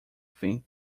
think